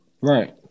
Right